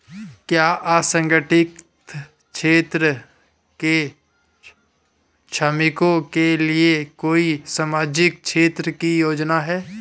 क्या असंगठित क्षेत्र के श्रमिकों के लिए कोई सामाजिक क्षेत्र की योजना है?